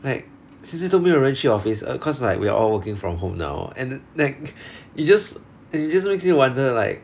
like 其实都没有人去 office err cause like we are all working from home now and nec~ it just it just makes you wonder like